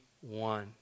one